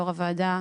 יו"ר הוועדה,